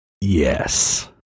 Yes